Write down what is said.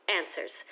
answers